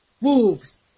Wolves